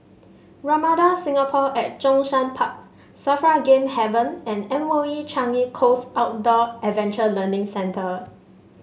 Ramada Singapore at Zhongshan Park Safra Game Haven and M O E Changi Coast Outdoor Adventure Learning Centre